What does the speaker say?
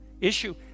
issue